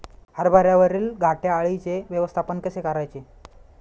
हरभऱ्यावरील घाटे अळीचे व्यवस्थापन कसे करायचे?